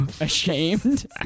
ashamed